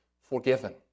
forgiven